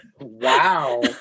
Wow